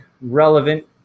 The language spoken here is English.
relevant